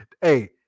hey